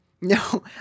no